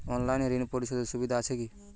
অনলাইনে ঋণ পরিশধের সুবিধা আছে কি?